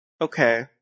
okay